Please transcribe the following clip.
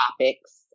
topics